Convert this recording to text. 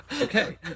Okay